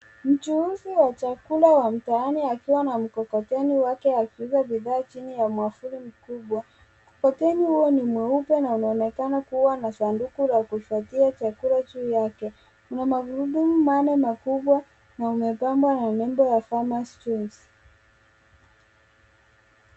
Mchuuzi wa chakula wa mtaani akiwa na mkokoteni wake akiuza bidhaa chini ya mwavuli mkubwa. Mkokoteni huo ni mweupe na unaonekana kuwa sanduku la kuhifadhia chakula chini yake. Una magurudumu manne makubwa na umepambwa na nembo ya Farmers Choice.